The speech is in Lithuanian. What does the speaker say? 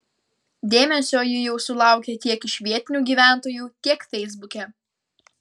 dėmesio ji jau sulaukė tiek iš vietinių gyventojų tiek feisbuke